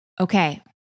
Okay